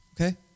Okay